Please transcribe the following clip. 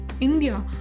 India